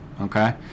okay